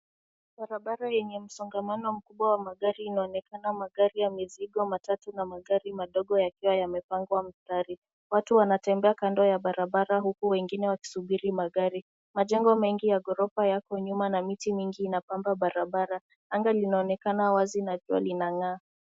Barabara yenye msongamano mkubwa wa magari inaonekana; magari ya mizigo, matatu na magari madogo yakiwa yamepangwa mstari. Watu wanatembea kando ya barabara huku wengine wakisubiri magari. Majengo mengi ya gorofa yapo nyuma na miti mingi inapamba barabara. Anga linaonekana wazi na jua linang'aa.